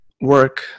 work